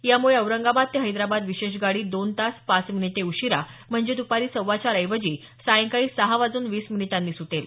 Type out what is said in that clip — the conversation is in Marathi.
यामुळे औरंगाबाद ते हैदराबाद विशेष गाडी दोन तास पाच मिनिटे उशीरा म्हणजे द्रपारी सव्वा चार ऐवजी सायंकाळी सहा वाजून वीस मिनिटांनी वाजता सुटेल